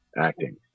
acting